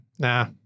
Nah